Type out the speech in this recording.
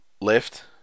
Left